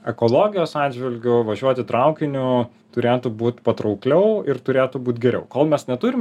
ekologijos atžvilgiu važiuoti traukiniu turėtų būt patraukliau ir turėtų būti geriau kol mes neturim